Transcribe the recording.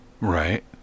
Right